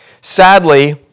Sadly